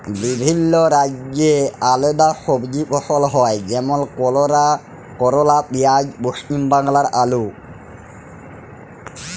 বিভিল্য রাজ্যে আলেদা সবজি ফসল হ্যয় যেমল করলা, পিয়াঁজ, পশ্চিম বাংলায় আলু